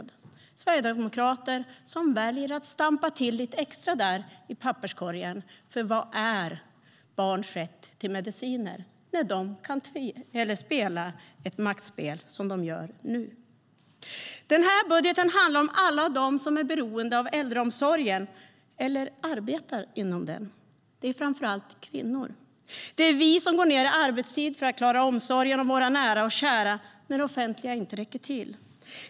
Det är sverigedemokrater som väljer att stampa till lite extra där i papperskorgen, för vad är barns rätt till mediciner när Sverigedemokraterna kan spela ett sådant maktspel som de gör nu? Den här budgeten handlar om alla dem som är beroende av äldreomsorgen eller som arbetar inom den. Det är framför allt kvinnor. Det är vi som går ned i arbetstid för att klara omsorgen om våra nära och kära när det offentliga inte räcker till.